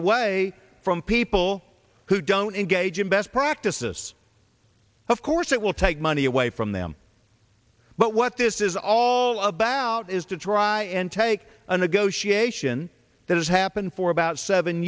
away from people who don't engage in best practices of course it will take money away from them but what this is all about is to try and take a negotiation that has happened for about seven